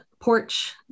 porch